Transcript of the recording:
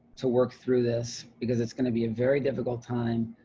to work through this because it's going to be a very difficult time,